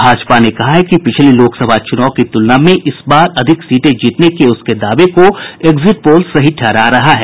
भाजपा ने कहा है कि पिछले लोकसभा चूनाव की तुलना में इस बार अधिक सीटें जीतने के उसके दावे को एक्जिट पोल सही ठहरा रहा है